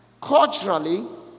Culturally